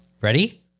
Ready